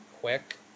quick